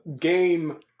game